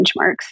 benchmarks